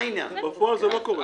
בפועל זה לא קורה.